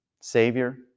savior